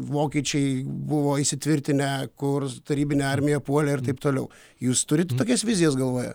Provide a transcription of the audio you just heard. vokiečiai buvo įsitvirtinę kur tarybinę armiją puolė ir taip toliau jūs turit tokias vizijas galvoje